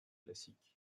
classique